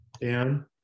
Dan